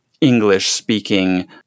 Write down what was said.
English-speaking